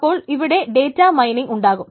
അപ്പോൾ ഇവിടെ data mining ഉണ്ടാകും